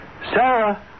Sarah